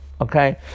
okay